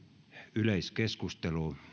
yleiskeskustelu